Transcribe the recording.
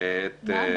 את ההוצאה שלהם.